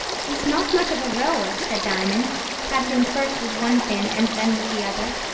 he's not much of a rower said diamond paddling first with one fin and then with the other.